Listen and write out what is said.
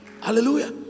Hallelujah